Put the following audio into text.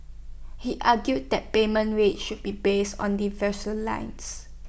he argued that payment rates should be based on the vessel length